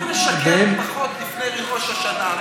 נהוג לשקר פחות לפני ראש השנה.